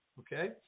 okay